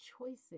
choices